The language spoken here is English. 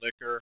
liquor